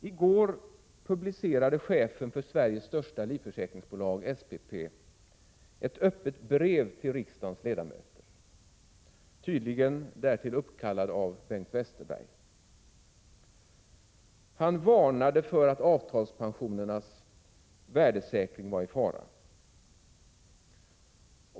I går publicerade chefen för Sveriges största livförsäkringsbolag, SPP, ett öppet brev till riksdagens ledamöter, tydligen därtill uppkallad av Bengt Westerberg. Han varnade för att avtalspensionernas värdesäkring var i fara.